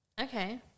Okay